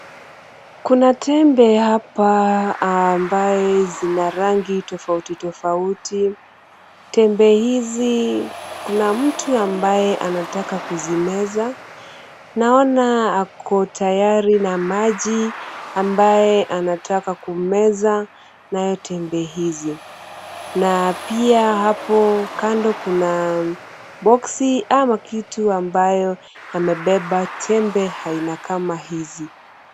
Kuna tembe hapa ambaye zina rangi tofauti tofauti. Tembe hizi kuna mtu ambaye anataka kuzimeza, naona ako tayari na maji ambaye anataka kumeza naye tembe hizi. Na pia hapo kando kuna boksi ama kitu ambayo yamebeba tembe aina kama hizi.